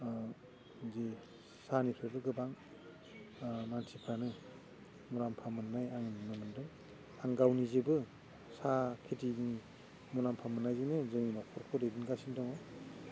जि साहानिफ्रायबो गोबां मानसिफ्रानो मुलाम्फा मोन्नाय आं नुनो मोनदों आं गाव निजेबो साहा खेथिनि मुलाम्फा मोन्नायजोंनो जोंनि नख'रखौ दैदेनगासिनो दङ